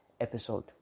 episode